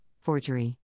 forgery